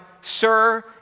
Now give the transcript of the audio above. sir